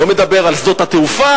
לא מדבר על שדות התעופה,